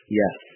yes